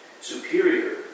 superior